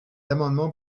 amendement